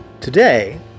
Today